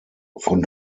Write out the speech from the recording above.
von